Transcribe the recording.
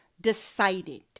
decided